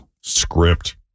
script